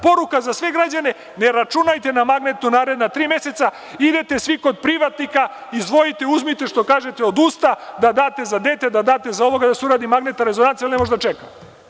Poruka za sve građane – ne računajte na magnetnu naredna tri meseca, idete svi kod privatnika, izvolite uzmite, što kažete, od usta da date za dete, da date za ovoga da se uradi magnetna rezonanca jel ne može da čeka.